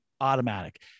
automatic